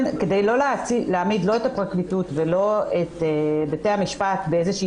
כדי לא להעמיד את הפרקליטות ואת בתי המשפט באיזושהי